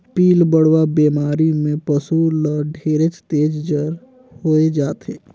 पिलबढ़वा बेमारी में पसु ल ढेरेच तेज जर होय जाथे